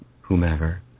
whomever